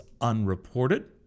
unreported